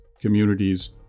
communities